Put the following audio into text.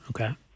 Okay